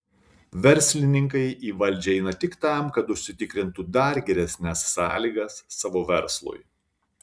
verslininkai į valdžią eina tik tam kad užsitikrintų dar geresnes sąlygas savo verslui